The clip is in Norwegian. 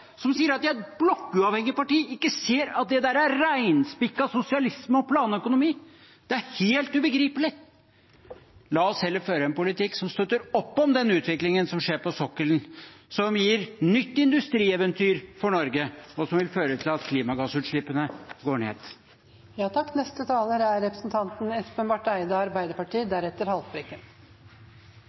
som sier at de er et blokkuavhengig parti, ikke ser at det er renspikket sosialisme og planøkonomi, er helt ubegripelig. La oss heller føre en politikk som støtter opp om den utviklingen som skjer på sokkelen, som gir et nytt industrieventyr for Norge, og som vil føre til at klimagassutslippene går